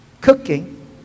cooking